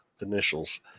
initials